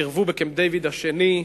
סירבו בקמפ-דייוויד השני,